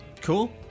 Cool